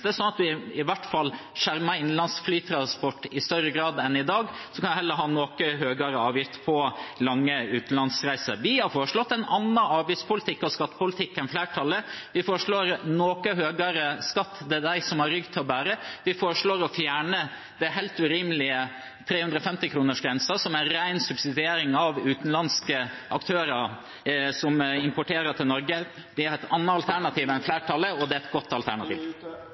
at vi i hvert fall skjermer innenlands flytransport i større grad enn i dag. Så kan en heller ha noe høyere avgift på lange utenlandsreiser. Vi har foreslått en annen avgifts- og skattepolitikk enn flertallet. Vi foreslår noe høyere skatt for dem som har rygg til å bære det. Vi foreslår å fjerne den helt urimelige 350-kronersgrensen, som er ren subsidiering av utenlandske aktører som importerer til Norge. Vi har et annet alternativ enn flertallet, og det er et godt alternativ.